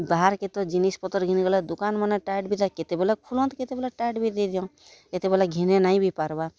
ବାହାର୍ କେ ତ ଜିନିଷ୍ ପତର୍ ଘିନିଗଲେ ଦୁକାନ୍ ମାନେ ଟାଏଟ୍ କେତେବେଲେ ଖୁଲା ତ କେତେବେଳେ ଟାଏଟ୍ ବି ଦେଇଦିଅନ୍ କେତେବେଲେ ଘିନି ନାଇଁ ବି ପାର୍ବାର୍